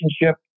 relationship